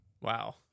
Wow